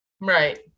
Right